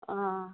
आं